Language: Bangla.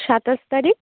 সাতাশ তারিখ